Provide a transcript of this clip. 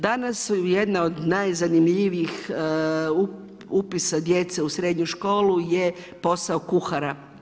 Danas jedna od najzanimljivijih upisa djece u srednju školu je posao kuhara.